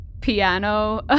piano